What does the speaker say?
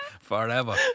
forever